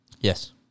Yes